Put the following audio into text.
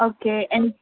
okay ఎం